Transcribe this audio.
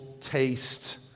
taste